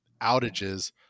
outages